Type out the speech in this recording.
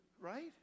right